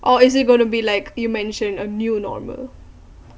or is it going to be like you mentioned a new normal